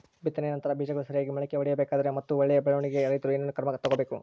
ಬಿತ್ತನೆಯ ನಂತರ ಬೇಜಗಳು ಸರಿಯಾಗಿ ಮೊಳಕೆ ಒಡಿಬೇಕಾದರೆ ಮತ್ತು ಒಳ್ಳೆಯ ಬೆಳವಣಿಗೆಗೆ ರೈತರು ಏನೇನು ಕ್ರಮ ತಗೋಬೇಕು?